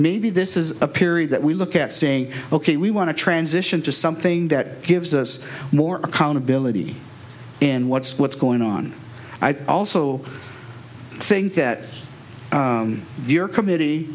maybe this is a period that we look at saying ok we want to transition to something that gives us more accountability in what's what's going on i've also think that your committee